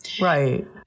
Right